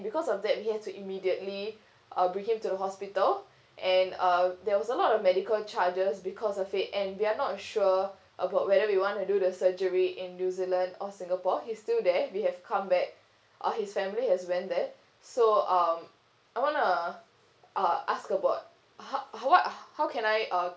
because of that we had to immediately uh bring him to the hospital and uh there was a lot of medical charges because of it and we are not sure about whether we want to do the surgery in new zealand or singapore he's still there we have come back uh his family has went there so um I wanna uh ask about how how what how can I uh